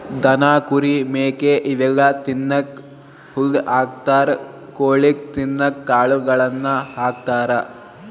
ದನ ಕುರಿ ಮೇಕೆ ಇವೆಲ್ಲಾ ತಿನ್ನಕ್ಕ್ ಹುಲ್ಲ್ ಹಾಕ್ತಾರ್ ಕೊಳಿಗ್ ತಿನ್ನಕ್ಕ್ ಕಾಳುಗಳನ್ನ ಹಾಕ್ತಾರ